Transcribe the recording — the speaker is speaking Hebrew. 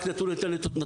רק נתון קטן.